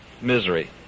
misery